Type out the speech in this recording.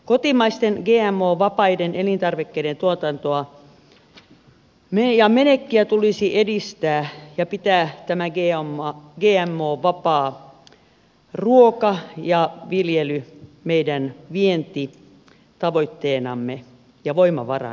kotimaisten gmo vapaiden elintarvikkeiden tuotantoa ja menekkiä tulisi edistää ja pitää tämä gmo vapaa ruoka ja viljely meidän vientitavoitteenamme ja voimavaranamme